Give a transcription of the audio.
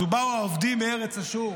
אז "ובאו האֹבדים בארץ אשור",